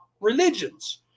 religions